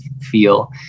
feel